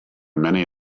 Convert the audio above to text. many